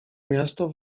miasto